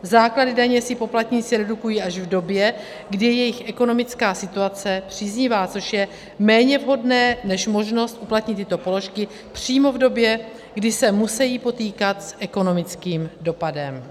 Základy daně si poplatníci redukují až v době, kdy je jejich ekonomická situace příznivá, což je méně vhodné než možnost uplatnit tyto položky přímo v době, kdy se musejí potýkat s ekonomickým dopadem.